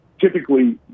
typically